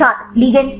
छात्र लिगैंड